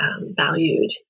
valued